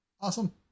Awesome